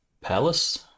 palace